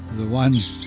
the one